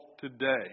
today